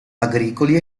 agricoli